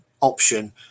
option